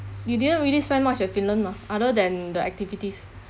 you didn't really spend much at finland mah other than the activities